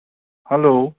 hello